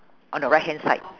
on the right hand side